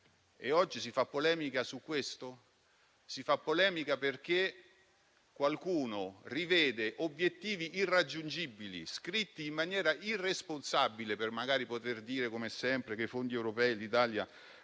Oggi si fa polemica su questo? Si fa polemica perché qualcuno rivede obiettivi irraggiungibili (scritti in maniera irresponsabile, magari per poter dire, come sempre, che l'Italia